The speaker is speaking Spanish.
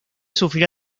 sufrir